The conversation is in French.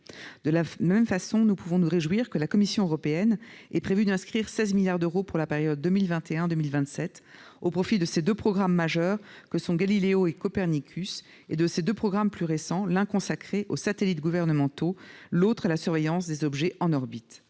De la même façon, nous pouvons nous réjouir que la Commission européenne ait prévu d'inscrire 16 milliards d'euros de crédits pour la période 2021-2027 au profit des deux programmes majeurs que sont Galileo et Copernicus et de deux programmes plus récents, consacrés l'un aux satellites gouvernementaux, l'autre à la surveillance des objets en orbite.